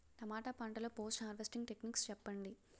టమాటా పంట లొ post harvesting techniques చెప్పండి?